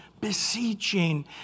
beseeching